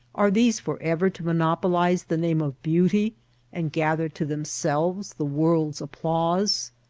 are these forever to monopolize the name of beauty and gather to themselves the world's applause?